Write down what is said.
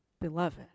Beloved